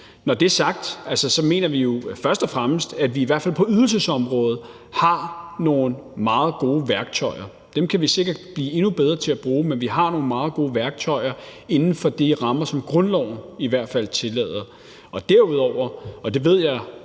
Når det er sagt, mener vi jo først og fremmest, at vi i hvert fald på ydelsesområdet har nogle meget gode værktøjer. Dem kan vi sikkert blive endnu bedre til at bruge, men vi har nogle meget gode værktøjer i hvert fald inden for de rammer, som grundloven tillader. Derudover – og det er jeg